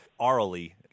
aurally